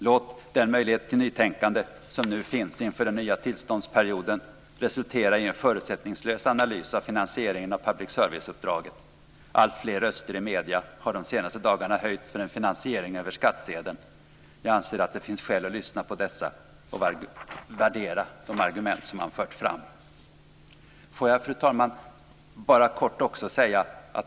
Låt den möjlighet till nytänkande som nu finns inför den nya tillståndsperioden resultera i en förutsättningslös analys av finansieringen av public serviceuppdraget. Alltfler röster i medierna har de senaste dagarna höjts för en finansiering över skattsedeln. Jag anser att det finns skäl att lyssna på dessa och värdera de argument som man fört fram. Fru talman!